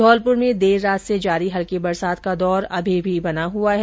धौलपुर में देर रात से जारी हल्की बरसात का दौर अभी भी बना हुआ है